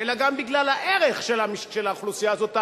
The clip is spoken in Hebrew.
אלא גם בגלל הערך של האוכלוסייה הזאת.